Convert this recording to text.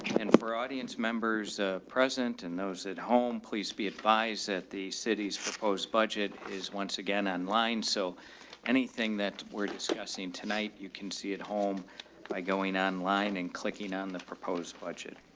and for audience members a present and those at home. please be advised that the city's proposed budget is once again online. so anything that we're discussing tonight, you can see at home by going online and clicking on the proposed budget.